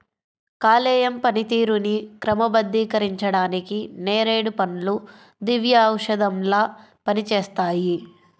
కాలేయం పనితీరుని క్రమబద్ధీకరించడానికి నేరేడు పండ్లు దివ్యౌషధంలా పనిచేస్తాయి